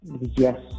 Yes